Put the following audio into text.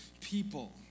people